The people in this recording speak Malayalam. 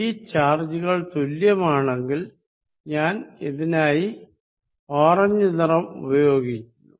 ഈ ചാർജുകൾ തുല്യമാണെങ്കിൽ ഞാൻ ഇതിനായി ഓറഞ്ച് നിറം ഉപയോഗിക്കുന്നു